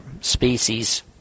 species